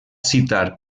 citar